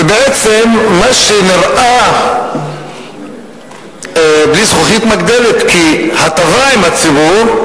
ובעצם מה שנראה בלי זכוכית מגדלת כהטבה עם הציבור,